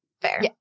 fair